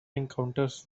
encounters